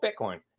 Bitcoin